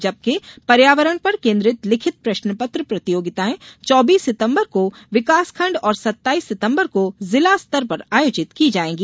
जबकि पर्यावरण पर केन्द्रीत लिखित प्रश्नपत्र प्रतियोगिताएं चौबीस सितम्बर को विकासखण्ड और सत्ताईस सितम्बर को जिला स्तर पर आयोजित की जायेंगी